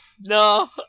no